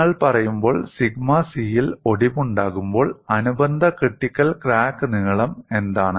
നിങ്ങൾ പറയുമ്പോൾ sigma c യിൽ ഒടിവുണ്ടാകുമ്പോൾ അനുബന്ധ ക്രിട്ടിക്കൽ ക്രാക്ക് നീളം എന്താണ്